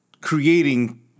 creating